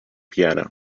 piano